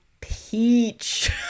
peach